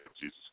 Jesus